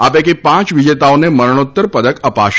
આ પૈકી પાંચ વિજેતાઓને મરણોત્તર પદક અપાશે